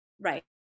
Right